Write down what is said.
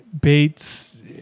Bates